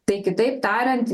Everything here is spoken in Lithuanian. tai kitaip tariant